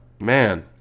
man